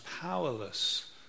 powerless